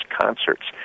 concerts